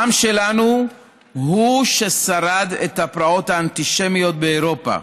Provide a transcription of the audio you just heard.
העם שלנו הוא ששרד את הפרעות האנטישמיות באירופה,